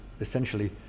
essentially